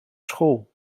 school